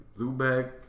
Zubek